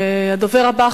הדובר הבא,